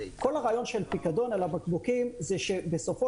כל הרעיון של פיקדון על הבקבוקים זה שבסופו